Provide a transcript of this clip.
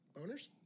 Boners